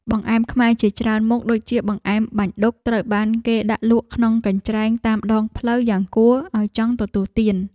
បង្អែមខ្មែរជាច្រើនមុខដូចជាបង្អែមបាញ់ឌុកត្រូវបានគេដាក់លក់ក្នុងកញ្ច្រែងតាមដងផ្លូវយ៉ាងគួរឱ្យចង់ទទួលទាន។